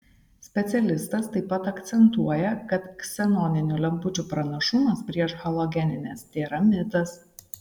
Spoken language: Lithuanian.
specialistas taip pat akcentuoja kad ksenoninių lempučių pranašumas prieš halogenines tėra mitas